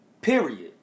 period